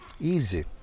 easy